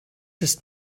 ist